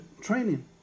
training